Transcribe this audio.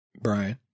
Brian